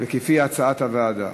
ולפי הצעת הוועדה.